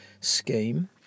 scheme